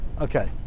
Okay